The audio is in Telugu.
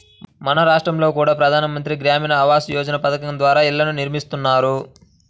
మన రాష్టంలో కూడా ప్రధాన మంత్రి గ్రామీణ ఆవాస్ యోజన పథకం ద్వారా ఇళ్ళను నిర్మిస్తున్నారు